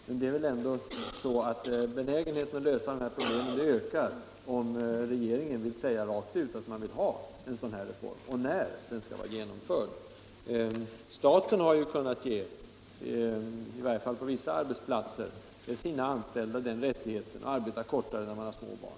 Men benägenheten att lösa de här problemen ökar, om regeringen vill säga rakt ut att den vill ha en sådan här reform och tala om när den skall vara genomförd. Staten har ju — i varje fall på vissa arbetsplatser — kunnat ge sina anställda rättighet att arbeta kortare tid när de har småbarn.